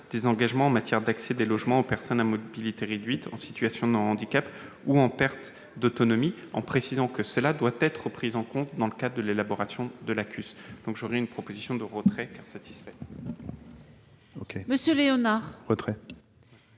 des engagements en matière d'accès au logement pour les personnes à mobilité réduite, en situation de handicap ou en perte d'autonomie, en précisant que ceux-ci doivent être pris en compte dans le cadre de l'élaboration de la CUS. Considérant que cet amendement est satisfait,